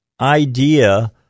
idea